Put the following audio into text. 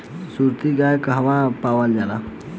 सुरती गाय कहवा पावल जाला?